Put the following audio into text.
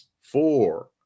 four